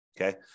okay